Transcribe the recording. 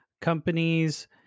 companies